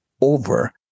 over